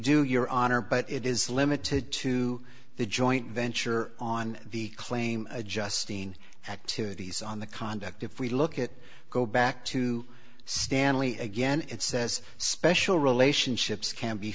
do your honor but it is limited to the joint venture on the claim adjusting activities on the conduct if we look at it go back to stanley again it says special relationships can be